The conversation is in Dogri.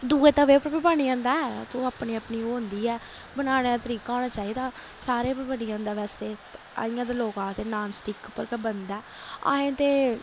दुए तवे उप्पर बी बनी जंदा ते ओह् अपनी अपनी ओह् होंदी ऐ बनाने दा तरीका होना चाहिदा सारें पर बनी जंदा वैसे इ'यां ते लोक आखदे नान स्टिक उप्पर गै बनदा असें ते